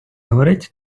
горить